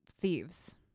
thieves